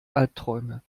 albträume